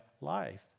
life